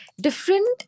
Different